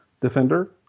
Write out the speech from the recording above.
defender